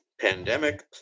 pandemic